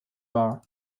war